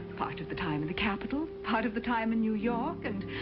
part of the time in the capital, part of the time in new york, and,